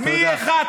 מה זה, תודה.